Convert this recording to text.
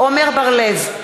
עמר בר-לב,